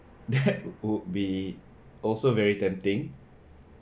that would be also very tempting